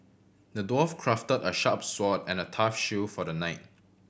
the dwarf crafted a sharp sword and a tough shield for the knight